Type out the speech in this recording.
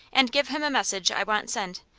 and give him a message i want sent,